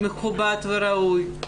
מכובד וראוי.